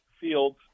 fields